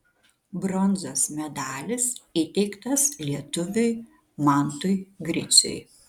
bronzos medalis įteiktas lietuviui mantui griciui